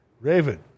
Raven